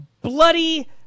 bloody